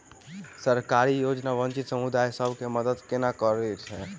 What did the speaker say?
सरकारी योजना वंचित समुदाय सब केँ मदद केना करे है?